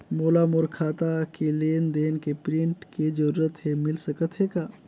मोला मोर खाता के लेन देन के प्रिंट के जरूरत हे मिल सकत हे का?